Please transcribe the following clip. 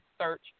search